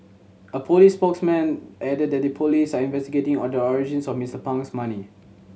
a police spokesman added that the police are investigating on the origins of Mister Pang's money